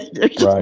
Right